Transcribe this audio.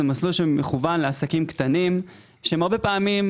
מסלול שמכוון לעסקים קטנים שהרבה פעמים,